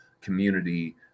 community